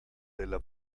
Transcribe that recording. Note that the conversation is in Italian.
della